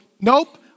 nope